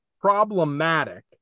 problematic